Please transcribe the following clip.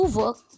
work